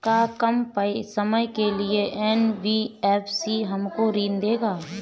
का कम समय के लिए एन.बी.एफ.सी हमको ऋण देगा?